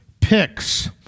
picks